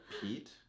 Pete